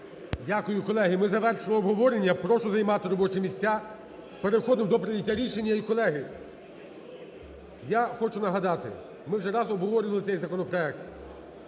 Дякую. Колеги, ми завершили обговорення. Прошу займати робочі місця. Переходимо до прийняття рішення. І, колеги, я хочу нагадати, ми вже раз обговорювали цей законопроект,